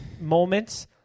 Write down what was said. moments